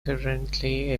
currently